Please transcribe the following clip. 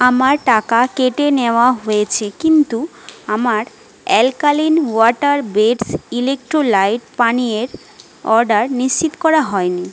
আমার টাকা কেটে নেওয়া হয়েছে কিন্তু আমার অ্যালকালিন ওয়াটার বেস্ড ইলেক্ট্রোলাইট পানীয়ের অর্ডার নিশ্চিত করা হয়নি